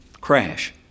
crash